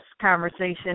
conversation